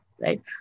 right